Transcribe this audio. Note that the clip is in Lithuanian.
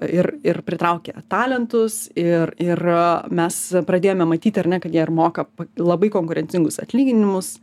ir ir pritraukia talentus ir ir mes pradėjome matyti ar ne kad jie ir moka labai konkurencingus atlyginimus